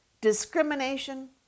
Discrimination